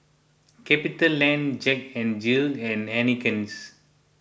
CapitaLand Jack N Jill and Heinekein's